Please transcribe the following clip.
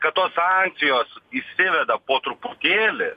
kad tos sankcijos įsiveda po truputėlį